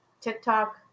TikTok